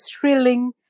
thrilling